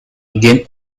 again